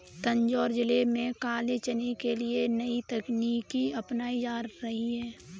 तंजौर जिले में काले चने के लिए नई तकनीकें अपनाई जा रही हैं